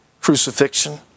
crucifixion